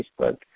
Facebook